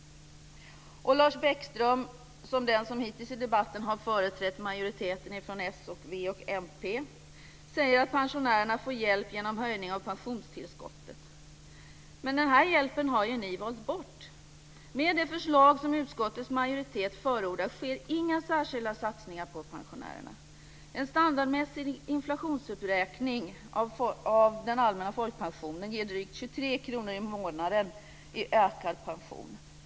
Lars Bäckström, som är den som hittills i debatten har företrätt majoriteten från Socialdemokraterna, Vänsterpartiet och Miljöpartiet, säger att pensionärerna får hjälp genom höjningen av pensionstillskottet. Men den här hjälpen har ju ni valt bort. Med det förslag som utskottets majoritet förordar sker inga särskilda satsningar på pensionärerna. En standardmässig inflationsuppräkning av den allmänna folkpensionen ger drygt 23 kr i månaden i ökad pension.